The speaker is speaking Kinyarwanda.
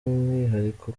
umwihariko